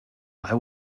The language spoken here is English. why